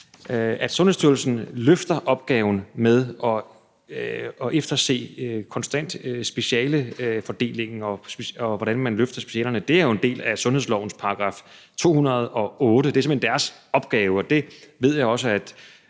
At Sundhedsstyrelsen løfter opgaven med at efterse konstant specialefordeling, og hvordan man løfter specialerne, er jo en del af sundhedslovens § 208. Det er simpelt hen deres opgave, og det ved jeg også der